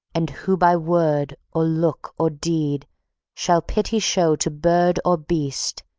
and who by word or look or deed shall pity show to bird or beast,